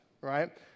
right